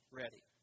ready